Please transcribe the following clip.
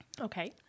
Okay